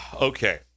Okay